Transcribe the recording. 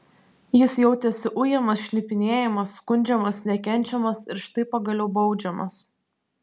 jis jautėsi ujamas šnipinėjamas skundžiamas nekenčiamas ir štai pagaliau baudžiamas